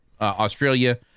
Australia